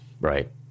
Right